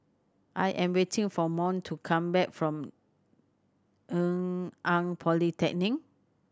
I am waiting for Mont to come back from Polytechnic